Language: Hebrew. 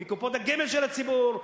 מקופות הגמל של הציבור,